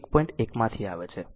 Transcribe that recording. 1 માંથી છે